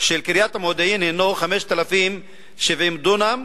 של קריית המודיעין הינו 5,070 דונם,